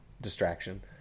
distraction